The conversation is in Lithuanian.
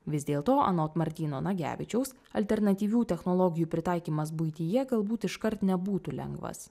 vis dėlto anot martyno nagevičiaus alternatyvių technologijų pritaikymas buityje galbūt iškart nebūtų lengvas